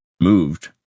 moved